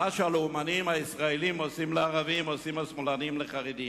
מה שהלאומנים הישראלים עושים לערבים עושים השמאלנים לחרדים.